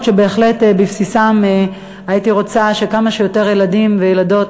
שבהחלט בבסיסם הייתי רוצה שכמה שיותר ילדים וילדות,